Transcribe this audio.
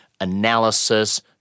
analysis